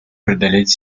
преодолеть